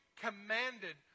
commanded